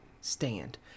stand